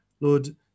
Lord